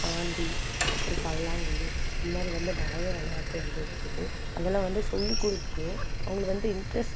பாண்டி அப்புறம் பல்லாங்குழி இந்த மாதிரி வந்து நிறையா விளையாட்டு வந்து இருக்குது அதெல்லாம் வந்து சொல்லி கொடுத்துக்கணும் அவங்கள வந்து இன்ட்ரெஸ்ட்